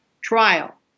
trial